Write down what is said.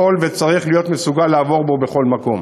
יכול וצריך להיות מסוגל לעבור בו בכל מקום.